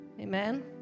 Amen